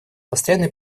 постоянный